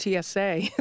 TSA